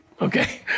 okay